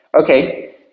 Okay